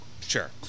Sure